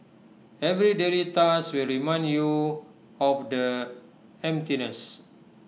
every daily task will remind you of the emptiness